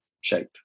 shape